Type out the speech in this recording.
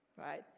Right